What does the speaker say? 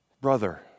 Brother